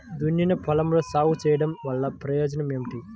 దున్నిన పొలంలో సాగు చేయడం వల్ల ప్రయోజనం ఏమిటి?